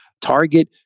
target